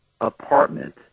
apartment